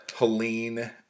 Helene